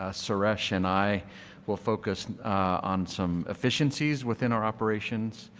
ah suresh and i will focus on some efficiencies within our operations,